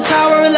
Tower